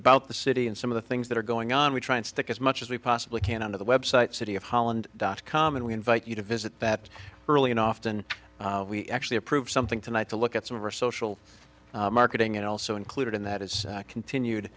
about the city and some of the things that are going on we try and stick as much as we possibly can on to the website city of holland dot com and we invite you to visit that early and often we actually approve something tonight to look at some of our social marketing and also included in that is continued